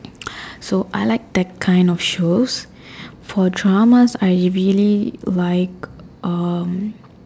so I like that kind of shows for dramas I really like um